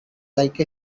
like